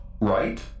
right